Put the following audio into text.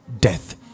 death